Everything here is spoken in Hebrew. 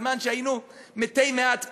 בזמן שהיינו מתי מעט פה,